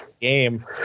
game